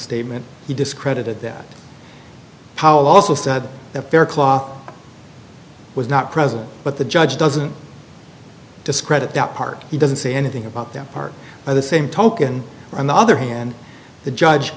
statement he discredited that powell also said that bear claw was not present but the judge doesn't discredit that part he doesn't say anything about that part of the same token on the other hand the judge